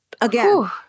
Again